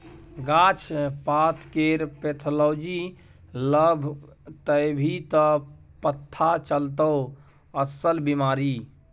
गाछ पातकेर पैथोलॉजी लग जेभी त पथा चलतौ अस्सल बिमारी